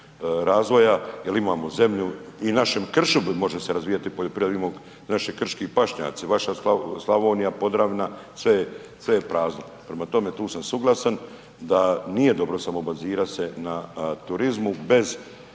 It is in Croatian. razvoja jer imamo zemlju i u našem kršu može se razvijati poljoprivreda jer vidimo naše krški pašnjaci, vaša Slavonija, Podravina, sve je prazno. Prema tome, tu sam suglasan da nije dobro samo bazirat se na turizmu bez